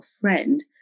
friend